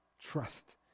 Trust